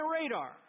radar